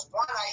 one